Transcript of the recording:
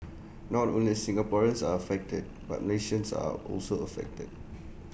not only Singaporeans are affected but Malaysians are also affected